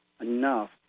enough